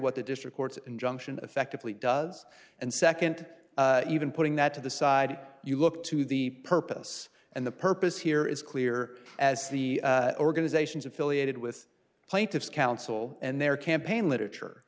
what the district court's injunction effectively does and nd even putting that to the side you look to the purpose and the purpose here is clear as the organizations affiliated with plaintiff's counsel and their campaign literature